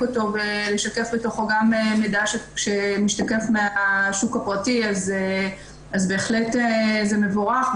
אותו ולשקף בתוכו גם מידע שמשתקף מהשוק הפרטי אז בהחלט זה מבורך.